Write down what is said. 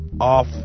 off